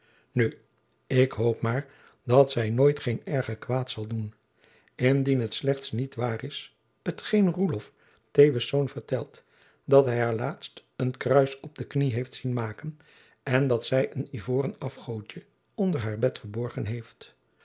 nu ik hoop maar dat zij nooit geen erger kwaad zal doen indien het slechts niet waar is hetgeen roelof teeuwiszoon vertelt dat hij haar laatst een kruis op de knie heeft zien maken en dat zij een ivoren afgoodje onder haar bed verborgen heeft